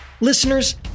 Listeners